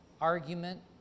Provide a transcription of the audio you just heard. argument